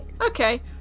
Okay